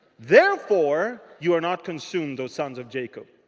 therefore, you are not consumed, o sons of jacob.